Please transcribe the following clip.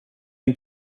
den